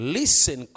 listen